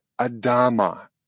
Adama